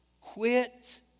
Quit